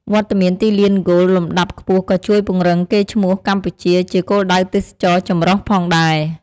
វត្តមានទីលានហ្គោលលំដាប់ខ្ពស់ក៏ជួយពង្រឹងកេរ្តិ៍ឈ្មោះកម្ពុជា ជាគោលដៅទេសចរណ៍ចម្រុះផងដែរ។